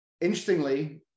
interestingly